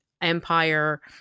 empire